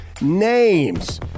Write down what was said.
names